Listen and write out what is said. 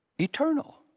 eternal